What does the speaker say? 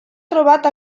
trobat